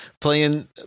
playing